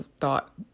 thought